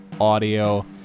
audio